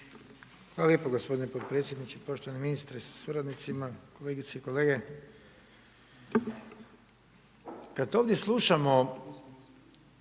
Hvala lijepo gospodine potpredsjedniče, ministre sa suradnicima, kolegice i kolege. Već sam